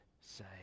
say